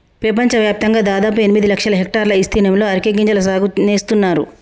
పెపంచవ్యాప్తంగా దాదాపు ఎనిమిది లక్షల హెక్టర్ల ఇస్తీర్ణంలో అరికె గింజల సాగు నేస్తున్నారు